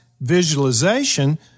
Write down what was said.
visualization